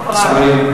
דמוקרטי.